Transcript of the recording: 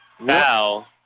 Now